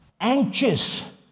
anxious